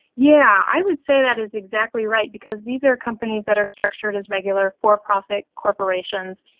yeah i would say that is exactly right, because these are companies that are structured as regular for-profit corporations,